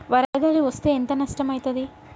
వరదలు వస్తే ఎంత నష్టం ఐతది?